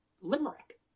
limerick